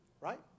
right